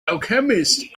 alchemist